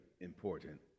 important